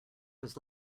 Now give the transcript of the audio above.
was